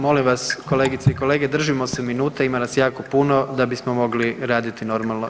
Molim vas kolegice i kolege držimo se minute, ima nas jako puno da bismo mogli raditi normalno.